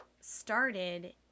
started